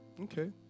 Okay